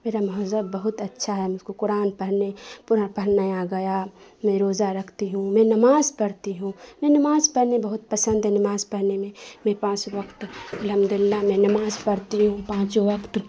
میرا مہذب بہت اچھا ہے مجھ کو قرآن پڑھنے پورا پڑھنا آ گیا میں روزہ رکھتی ہوں میں نماز پڑھتی ہوں میں نماز پڑھنی بہت پسند ہے نماز پڑھنے میں میں پانچ وقت الحمدللہ میں نماز پڑھتی ہوں پانچ وقت